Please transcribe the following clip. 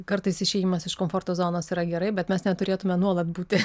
kartais išėjimas iš komforto zonos yra gerai bet mes neturėtume nuolat būti